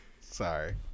Sorry